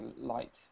light